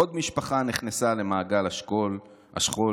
עוד משפחה נכנסה למעגל השכול,